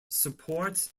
supports